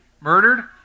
Murdered